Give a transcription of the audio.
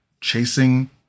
chasing